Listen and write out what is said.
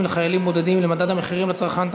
לחיילים בודדים למדד המחירים לצרכן,